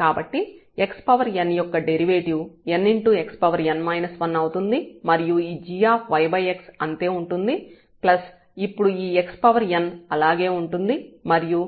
కాబట్టి xn యొక్క derivative nxn 1 అవుతుంది మరియు ఈ g అంతే ఉంటుంది ప్లస్ ఇప్పుడు ఈ xn అలాగే ఉంటుంది మరియు